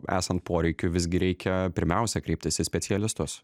esant poreikiui visgi reikia pirmiausia kreiptis į specialistus